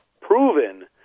proven